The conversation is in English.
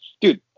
dude